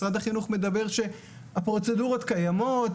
משרד החינוך מדבר שהפרוצדורות קיימות,